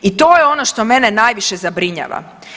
I to je ono što mene najviše zabrinjava.